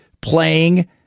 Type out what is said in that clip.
playing